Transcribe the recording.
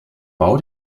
bau